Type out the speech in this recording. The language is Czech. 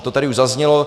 To tady už zaznělo.